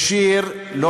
מחבלים.